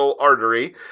artery